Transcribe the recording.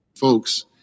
Folks